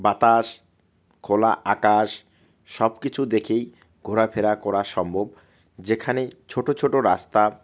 বাতাস খোলা আকাশ সব কিছু দেখেই ঘোরাফেরা করা সম্ভব যেখানে ছোটো ছোটো রাস্তা